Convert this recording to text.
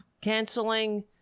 canceling